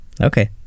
Okay